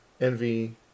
envy